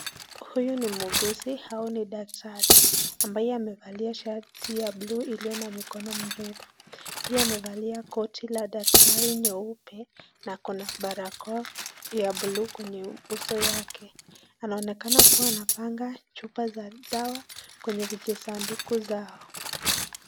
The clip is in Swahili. Huyu ni muhuguzi au ni daktari ambaye amevalia shati ya buluu iliyo na mikono mrefu, pia amevalia koti la daktari nyeupe na ako na barakoa ya buluu kwenye uso yake, anaonekana kuwa anapanga chupa ya dawa kwenye vijisanduku yao.